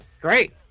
Great